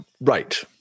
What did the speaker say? right